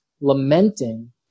lamenting